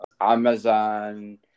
amazon